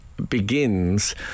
begins